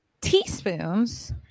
teaspoons